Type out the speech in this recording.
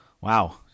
Wow